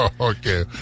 Okay